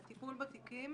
הטיפול בתיקים